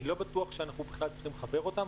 אני לא בטוח בכלל שאנחנו צריכים לחבר אותם,